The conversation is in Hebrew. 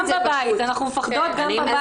אנחנו מפחדות גם בבית.